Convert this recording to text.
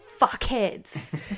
fuckheads